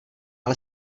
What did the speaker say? ale